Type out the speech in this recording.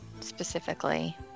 specifically